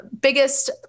biggest